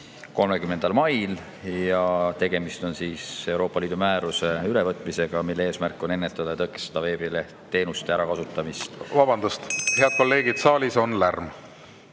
30. mail. Tegemist on Euroopa Liidu määruse ülevõtmisega, mille eesmärk on ennetada ja tõkestada veebiteenuste ärakasutamist … Vabandust! Head kolleegid, saalis on lärm.